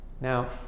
Now